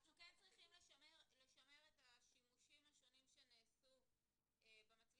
אנחנו כן צריכים לשמר את השימושים השונים שנעשו במצלמות.